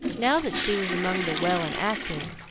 now that she was among the well and active,